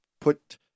put